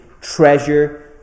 treasure